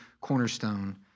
cornerstone